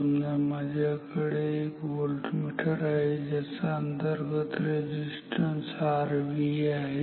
समजा माझ्याकडे एक व्होल्टमीटर आहे ज्याचा अंतर्गत रेझिस्टन्स Rv आहे